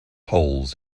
holes